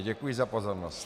Děkuji za pozornost.